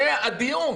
זה הדיון.